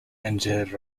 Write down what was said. injured